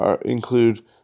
include